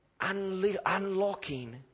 unlocking